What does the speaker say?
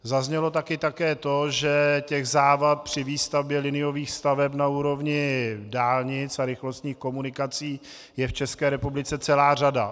Zaznělo také to, že závad při výstavbě liniových staveb na úrovni dálnic a rychlostních komunikací je v České republice celá řada.